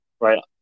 right